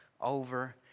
over